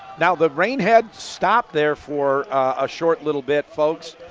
now the rain had stopped there for a short little bit folks.